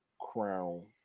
Crown